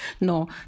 No